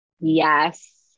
Yes